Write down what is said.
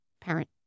parent